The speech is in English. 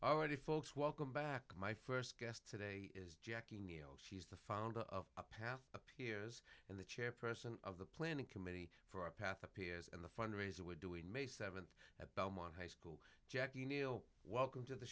already folks welcome back my first guest today is jackie neil she's the founder of a path appears in the chairperson of the planning committee for a path appears in the fundraiser we're doing may seventh at belmont high school jackie neil welcome to the